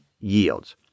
yields